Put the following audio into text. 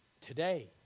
today